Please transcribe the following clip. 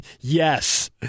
Yes